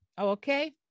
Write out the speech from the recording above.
Okay